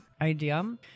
idea